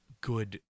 good